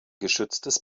geschütztes